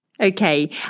Okay